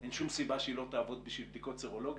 אין שום סיבה שהיא לא תעבוד בשביל בדיקות סרולוגיות,